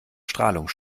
strahlung